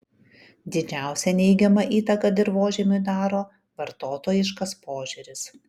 didžiausią neigiamą įtaką dirvožemiui daro vartotojiškas požiūris